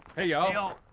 hey ya'll.